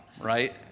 right